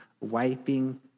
wiping